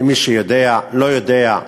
למי שלא יודע,